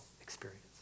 experience